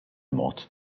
mod